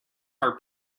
are